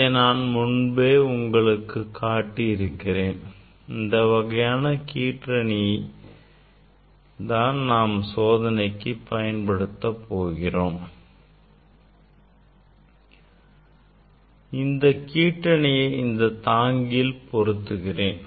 அதை நான் முன்பே உங்களுக்கு காட்டி இருக்கிறேன் இந்த வகையான கீற்றணியை தான் நாம் சோதனைக்கு பயன்படுத்தப் போகிறோம் அதே கீற்றணியை இந்த தாங்கியில் பொருத்துகிறேன்